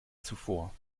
zuvor